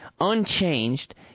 unchanged